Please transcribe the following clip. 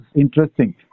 interesting